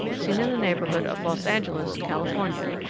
seen in the neighbourhood of los angeles, california.